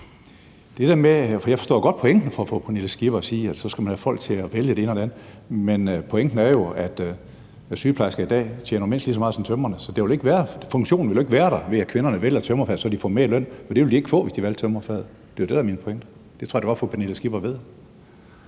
sig ind i det. Jeg forstår godt pointen fra fru Pernille Skippers side, altså i forhold til at sige, at så skal man have folk til at vælge det ene eller det andet. Men pointen er jo, at sygeplejerskerne i dag tjener mindst lige så meget som tømrerne. Så funktionen ville jo ikke være der, ved at kvinderne vælger tømrerfaget, sådan så de får mere i løn, for det ville de ikke få, hvis de valgte tømrerfaget. Det er jo det, der er min pointe. Og det tror jeg godt at fru Pernille Skipper ved.